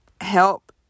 help